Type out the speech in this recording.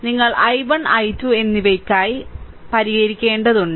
നിങ്ങൾ i1 i2 എന്നിവയ്ക്കായി പരിഹരിക്കേണ്ടതുണ്ട്